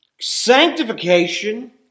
sanctification